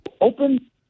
open